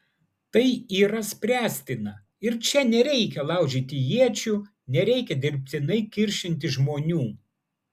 tai yra spręstina ir čia nereikia laužyti iečių nereikia dirbtinai kiršinti žmonių